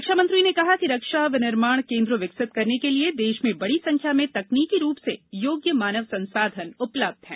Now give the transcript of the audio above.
रक्षा मंत्री ने कहा कि रक्षा विनिर्माण केन्द्र विकसित करने के लिए देश में बड़ी संख्या में तकनीकी रूप से योग्य मानव संसाधन उपलब्ध हैं